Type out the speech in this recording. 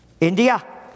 India